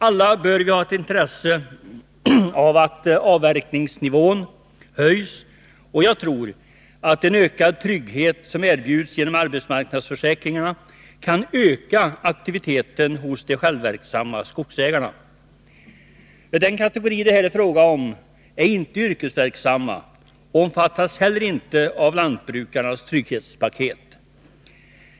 Alla bör vi ha ett intresse av att avverkningsnivån höjs, och jag tror att en ökad trygghet, som erbjuds genom arbetsmarknadsförsäkringarna, kan öka aktiviteten hos de självverksamma skogsägarna. Den kategori det här är fråga om är inte yrkesverksam och omfattas heller inte av lantbrukarnas trygghetspaket.